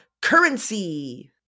currency